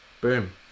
boom